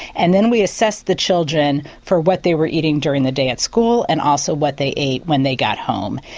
and then we assessed the children for what they were eating during the day at school and also what they ate when they got home.